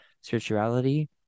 spirituality